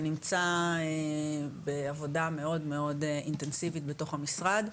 ונמצא בעבודה מאוד מאוד אינטנסיבית בתוך המשרד,